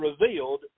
revealed